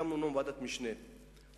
הקמנו ועדת משנה,